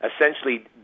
essentially